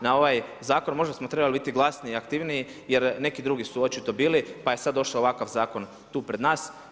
Na ovaj zakon možda smo trebali biti glasniji i aktivniji, jer neki drugi su očito bili, pa je sada došao ovakav zakon tu pred nas.